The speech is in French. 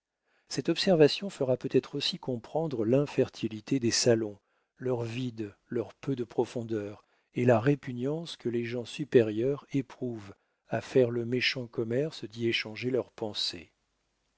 cette observation fera peut-être aussi comprendre l'infertilité des salons leur vide leur peu de profondeur et la répugnance que les gens supérieurs éprouvent à faire le méchant commerce d'y échanger leurs pensées